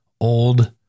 old